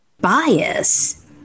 bias